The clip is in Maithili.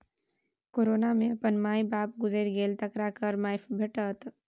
कोरोना मे अपन माय बाप गुजैर गेल तकरा कर माफी भेटत